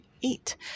eat